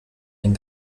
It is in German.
den